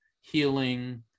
healing